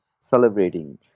celebrating